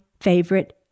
favorite